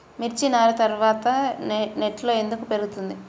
మిర్చి నారు త్వరగా నెట్లో ఎందుకు పెరుగుతుంది?